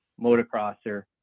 motocrosser